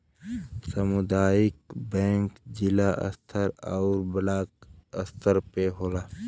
सामुदायिक बैंक जिला स्तर आउर ब्लाक स्तर पे होला